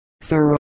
Sir